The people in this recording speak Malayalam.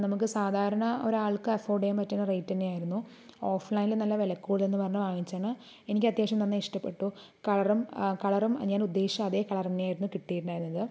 നമുക്ക് സാധാരണ ഒരാൾക്ക് അഫോർഡ് ചെയ്യാൻ പറ്റുന്ന റേറ്റ് തന്നെയായിരുന്നു ഓഫ്ലൈനിൽ നല്ല വില കൂടുതലെന്ന് പറഞ്ഞ് വാങ്ങിച്ചതാണ് എനിക്ക് അത്യാവശ്യം നന്നായി ഇഷ്ടപ്പെട്ടു കളറും കളറും ഞാൻ ഉദ്ദേശിച്ച അതേ കളർ തന്നെയായിരുന്ന് കിട്ടിയിട്ടുണ്ടായിരുന്നത്